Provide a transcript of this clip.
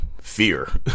fear